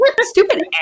stupid